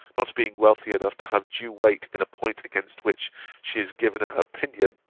not being wealthy enough to have due weight in a point against which she has given her opinion,